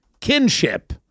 kinship